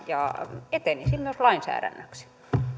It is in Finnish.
ja etenisi myös lainsäädännöksi